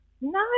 No